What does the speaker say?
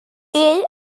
ell